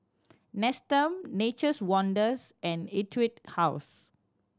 Nestum Nature's Wonders and Etude House